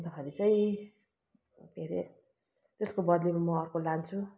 अन्तखेरि चाहिँ के अरे त्यसको बद्लीमा म अर्को लान्छु